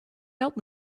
help